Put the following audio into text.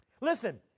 Listen